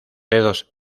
dedos